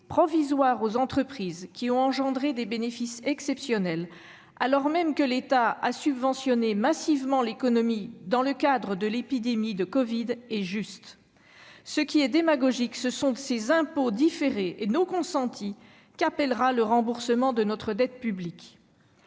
provisoire, aux entreprises qui ont engrangé des bénéfices exceptionnels, alors même que l'État a subventionné massivement l'économie dans le cadre de l'épidémie de covid-19. Ce qui est démagogique, ce sont les impôts différés et non consentis qu'appellera le remboursement de notre dette publique.